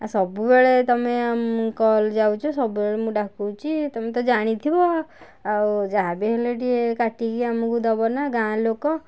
ଆଉ ସବୁବେଳେ ତୁମେ ଆମକୁ କଲ୍ ଯାଉଛି ସବୁବେଳେ ମୁଁ ଡାକୁଛି ତୁମେ ତ ଜାଣିଥିବ ଆଉ ଯାହା ବି ହେଲେ ଟିକେ କାଟିକି ଆମକୁ ଦେବନା ଗାଁ ଲୋକ